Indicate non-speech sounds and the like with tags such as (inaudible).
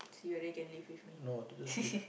see whether you can live with me (laughs)